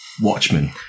Watchmen